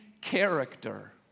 character